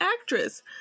actress